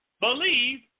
Believe